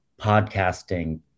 podcasting